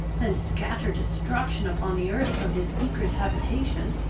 and scatter destruction upon the earth from his secret habitation.